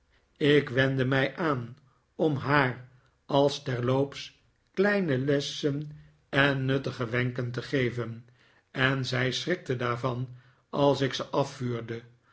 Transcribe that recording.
ik wende mij aan om haar als terloops kleine lessen en nuttige wenken te geven en zij schrikte daarvan als ik ze afvuurde